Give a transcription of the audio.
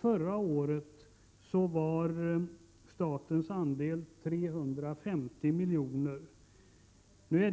Förra året var statens andel 350 milj.kr.